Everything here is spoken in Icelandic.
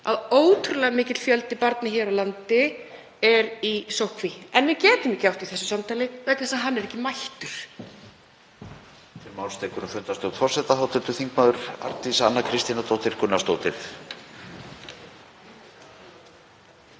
að ótrúlega mikill fjöldi barna hér á landi er í sóttkví. En við getum ekki átt það samtal vegna þess að hann er ekki mættur.